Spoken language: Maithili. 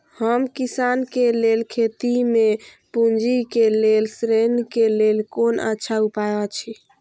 हम किसानके लेल खेती में पुंजी के लेल ऋण के लेल कोन अच्छा उपाय अछि?